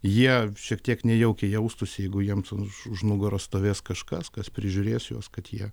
jie šiek tiek nejaukiai jaustųsi jeigu jiems už už nugaros stovės kažkas kas prižiūrės juos kad jie